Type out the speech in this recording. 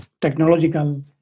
technological